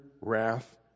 wrath